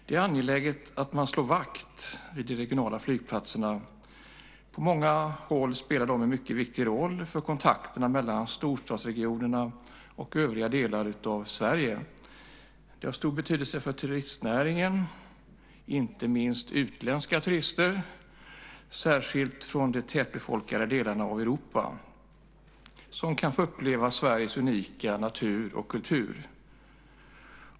Det är angeläget att man slår vakt om de regionala flygplatserna. På många håll spelar de en mycket viktig roll för kontakterna mellan storstadsregionerna och övriga delar av Sverige. De har stor betydelse för turistnäringen, inte minst för utländska turister, särskilt från de tätbefolkade delarna av Europa, som kan få uppleva Sveriges unika natur och kultur.